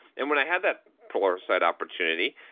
and when i had that pluralsight opportunity,